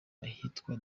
ahitwa